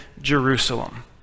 Jerusalem